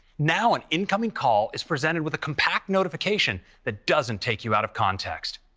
now an incoming call is presented with a compact notification that doesn't take you out of context.